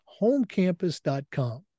homecampus.com